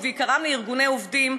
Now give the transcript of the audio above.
ובעיקר לארגוני עובדים,